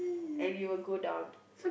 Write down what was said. and we will go down